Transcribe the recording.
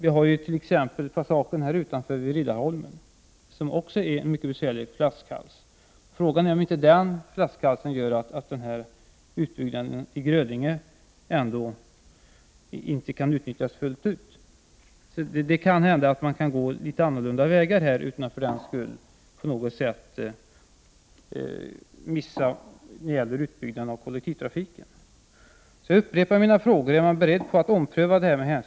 Vi har ju t.ex. passagen vid Riddarholmen, som också är en mycket besvärlig flaskhals. Man kan fråga sig om inte denna flaskhals medför att den planerade utbyggnaden i Grödinge inte kan utnyttjas fullt ut. Det kan finnas andra vägar att gå, utan att man för den skull går miste om en utbyggnad av kollektivtrafiken. Jag upprepar min fråga: Är regeringen beredd att ompröva den planerade = Prot.